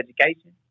Education